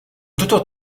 tuto